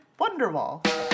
Wonderwall